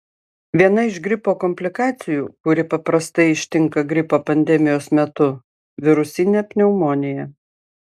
viena iš gripo komplikacijų kuri paprastai ištinka gripo pandemijos metu virusinė pneumonija